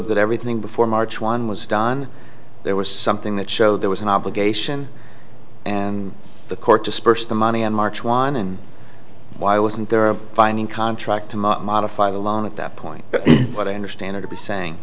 that everything before march one was done there was something that show there was an obligation and the court dispersed the money in march one and why wasn't there are binding contract to modify the loan at that point what i understand it to be saying